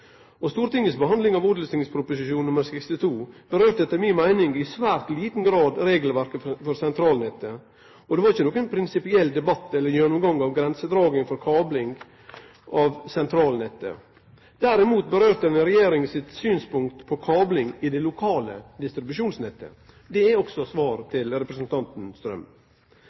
Stortingets behandling av Ot.prp. nr. 62 kom i svært liten grad inn på regelverket for sentralnettet, og det var ikkje nokon prinsipiell debatt eller gjennomgang av grensedraging for kabling av sentralnettet. Derimot kom ein inn på regjeringas synspunkt på kabling i det lokale distribusjonsnettet. Det er også svar til representanten Strøm.